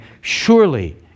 surely